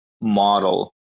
model